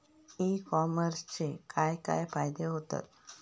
E कॉमर्सचे काय काय फायदे होतत?